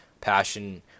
passion